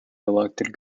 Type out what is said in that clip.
elected